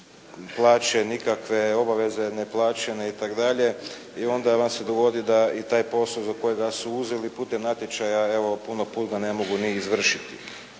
plaće nikakve, obaveze neplaćene itd. i onda vam se dogodi da i taj posao koji su uzeli putem natječaja evo puno puta ga ne mogu ni izvršiti.